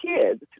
kids